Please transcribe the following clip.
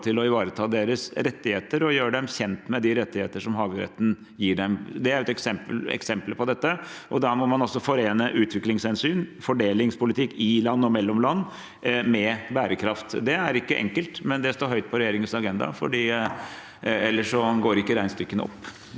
med å ivareta deres rettigheter og gjøre dem kjent med de rettigheter som havretten gir dem. Det er et eksempel på dette, og da må man også forene utviklingshensyn og fordelingspolitikk i land og mellom land med bærekraft. Det er ikke enkelt, men det står høyt på regjeringens agenda, ellers går ikke regnestykkene opp.